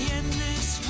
endless